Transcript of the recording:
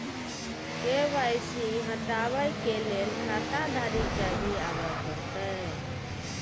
KYC हटाबै के लैल खाता धारी के भी आबे परतै?